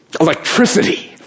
Electricity